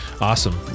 Awesome